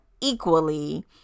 equally